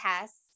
tests